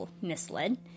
misled